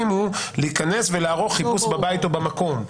היא להיכנס ולערוך חיפוש בבית או במקום.